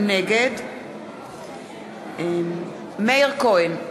נגד מאיר כהן,